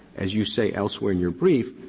as you say elsewhere in your brief,